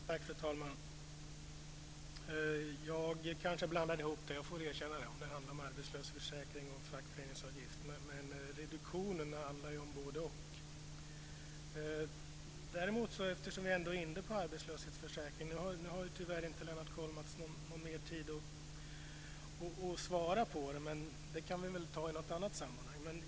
Fru talman! Jag får erkänna att jag kanske blandade ihop om det var fråga om arbetslöshetsförsäkring eller fackföreningsavgifter, men reduktionen handlar om både-och. Eftersom vi är inne på arbetslöshetsförsäkring vill jag ta upp en annan sak. Lennart Kollmats har tyvärr ingen ytterligare replik, så vi kan väl ta den diskussionen i ett annat sammanhang.